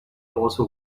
also